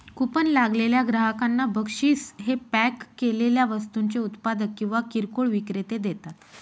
coupon लागलेल्या ग्राहकांना बक्षीस हे पॅक केलेल्या वस्तूंचे उत्पादक किंवा किरकोळ विक्रेते देतात